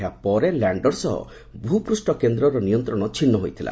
ଏହାପରେ ଲ୍ୟାଣ୍ଡର ସହ ଭୂପୃଷ କେନ୍ଦ୍ରର ନିୟନ୍ତ୍ରଣ ଛିନୁ ହୋଇଥିଲା